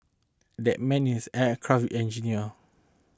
that man is an aircraft engineer